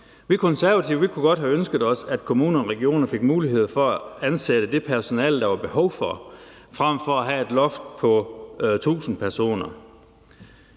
Vi Konservative kunne godt have ønsket os, at kommuner og regioner fik mulighed for at ansætte det personale, der var behov for, frem for have et loft på 1.000 personer,